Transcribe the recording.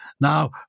now